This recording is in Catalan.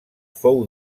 fou